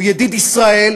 הוא ידיד ישראל,